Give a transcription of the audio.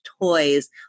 toys